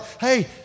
Hey